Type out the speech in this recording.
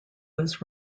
was